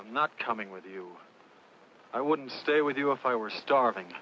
i'm not coming with you i wouldn't stay with you if i were starving